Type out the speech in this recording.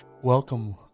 Welcome